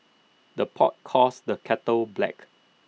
the pot calls the kettle black